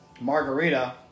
margarita